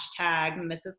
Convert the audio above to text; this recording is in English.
Mrs